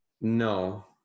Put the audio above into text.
No